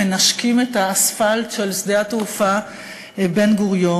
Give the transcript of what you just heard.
מנשקים את האספלט של שדה התעופה בן-גוריון,